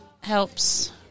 helps